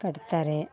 ಕಟ್ತಾರೆ